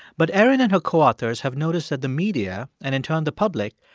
but erin and her co-authors have noticed that the media and, in turn, the public,